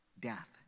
Death